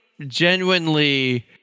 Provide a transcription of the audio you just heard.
genuinely